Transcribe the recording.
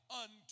unto